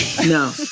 No